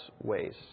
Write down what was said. ways